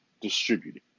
distributed